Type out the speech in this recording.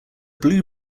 blue